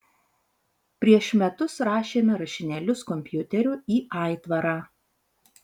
prieš metus rašėme rašinėlius kompiuteriu į aitvarą